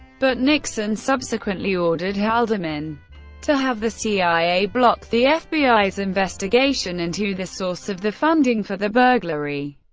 but nixon subsequently ordered haldeman to have the cia block the fbi's investigation into the source of the funding for the burglary.